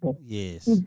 Yes